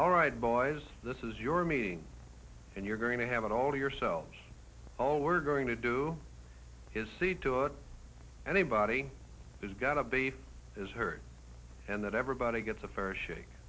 all right boys this is your meeting and you're going to have it all to yourselves all we're going to do is see to it anybody who's got a baby is hurt and that everybody gets a fair shake